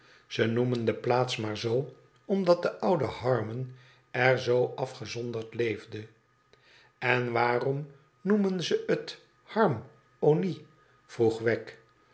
ze noemen de plaats maar zoo omdat de oude harmon er zoo aüfgezonderd leefde n waarom noemen ze t harm ony vroeg wegg